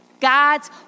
God's